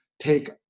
take